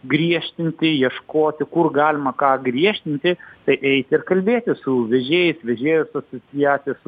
griežtinti ieškoti kur galima ką griežtinti tai eiti ir kalbėtis su vežėjais vežėjų asociacija su